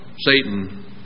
Satan